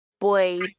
boy